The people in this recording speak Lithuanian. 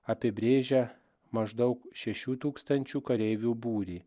apibrėžia maždaug šešių tūkstančių kareivių būrį